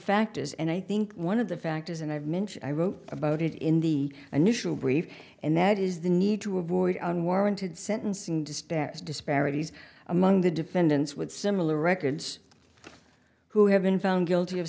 factors and i think one of the factors and i've mentioned i wrote about it in the initial brief and that is the need to avoid unwarranted sentencing disparities among the defendants with similar records who have been found guilty of